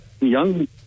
young